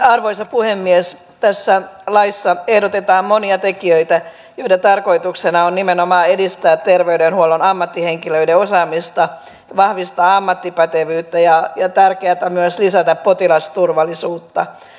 arvoisa puhemies tässä laissa ehdotetaan monia tekijöitä joiden tarkoituksena on nimenomaan edistää terveydenhuollon ammattihenkilöiden osaamista vahvistaa ammattipätevyyttä ja tärkeätä on myös lisätä potilasturvallisuutta